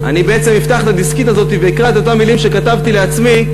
אני בעצם אפתח את הדסקית הזאת ואקרא את אותן מילים שכתבתי לעצמי,